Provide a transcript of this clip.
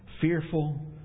fearful